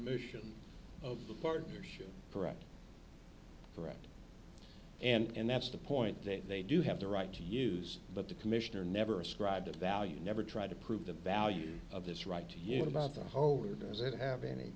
permission of the partnership correct correct and that's the point that they do have the right to use but the commissioner never ascribed a value never try to prove the value of this right to you about the holder goes it have any